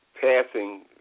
passing